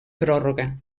pròrroga